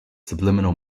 subliminal